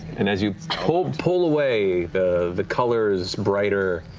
and as you cold pull away, the colors brighter,